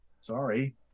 Sorry